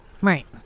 Right